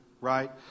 Right